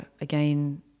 again